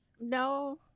no